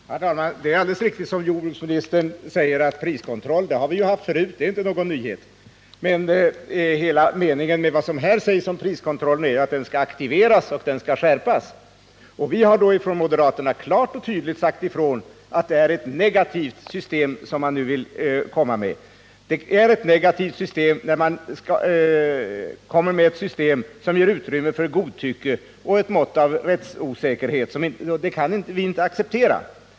Herr talman! Det är alldeles riktigt som jordbruksministern anför att vi har haft priskontroll tidigare och att den inte är någon nyhet. Men meningen med vad som här sägs om priskontroll är ju att den skall aktiveras och skärpas. Vi moderater har klart och tydligt framhållit att det är fråga om ett negativt system, som ger utrymme för godtycke och ett mått av rättsosäkerhet, vilket vi inte kan acceptera.